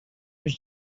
was